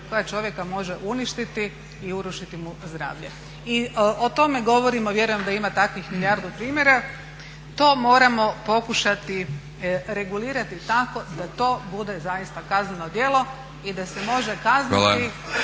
koja čovjeka može uništiti i urušiti mu zdravlje i o tome govorimo, vjerujem da ima takvih milijardu primjera. To moramo pokušati regulirati tako da to bude zaista kazneno djelo i da se može kazniti